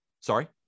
Sorry